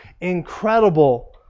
incredible